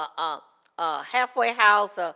ah ah a halfway house, ah